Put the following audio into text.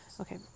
okay